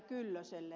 kyllöselle